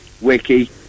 Wiki